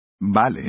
Vale